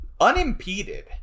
unimpeded